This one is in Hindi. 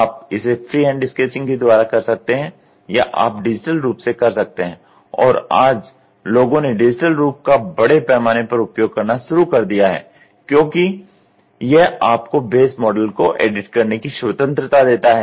आप इसे फ्री हैंड स्केचिंग के द्वारा कर सकते हैं या आप डिजिटल रूप से कर सकते हैं और आज लोगों ने डिजिटल रूप का बड़े पैमाने पर उपयोग करना शुरू कर दिया है क्योंकि यह आपको बेस मॉडल को एडिट करने की स्वतंत्रता देता है